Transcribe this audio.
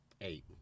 Eight